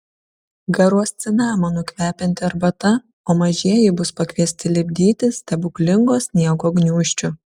garuos cinamonu kvepianti arbata o mažieji bus pakviesti lipdyti stebuklingo sniego gniūžčių